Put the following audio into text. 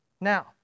Now